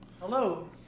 Hello